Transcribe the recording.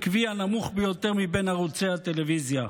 עקבי הנמוך ביותר מבין ערוצי הטלוויזיה.